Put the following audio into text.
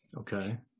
okay